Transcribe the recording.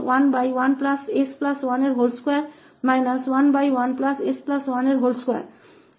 तो हमारे पास यहां 112 11s12है और यहां हमारे पास इस 𝑓𝑡 का लैपलेस है जो पहले से ही वहां दिया गया है